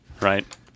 Right